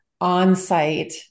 on-site